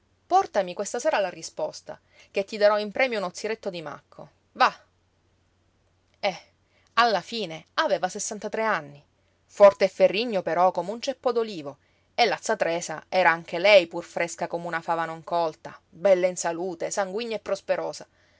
portami questa sera la risposta che ti darò in premio uno ziretto di macco va eh alla fine aveva sessantatré anni forte e ferrigno però come un ceppo d'olivo e la z tresa era anche lei pur fresca come una fava non colta bella in salute sanguigna e prosperosa